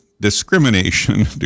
Discrimination